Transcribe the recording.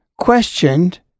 questioned